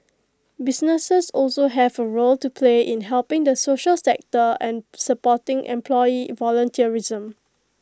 businesses also have A role to play in helping the social sector and supporting employee volunteerism